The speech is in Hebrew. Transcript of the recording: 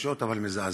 יבשות אבל מזעזעות.